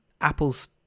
Apple's